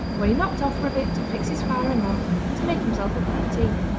when he knocked off for a bit to fix his fire and lamp, and to make himself a cup of tea.